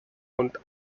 und